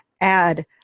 add